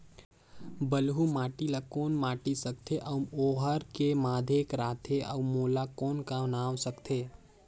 बलुही माटी ला कौन माटी सकथे अउ ओहार के माधेक राथे अउ ओला कौन का नाव सकथे?